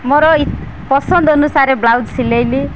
ମୋର ପସନ୍ଦ ଅନୁସାରେ ବ୍ଲାଉଜ୍ ସିଲେଇଲି